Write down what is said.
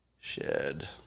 shed